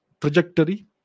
trajectory